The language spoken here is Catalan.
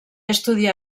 estudià